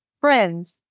friends